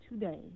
today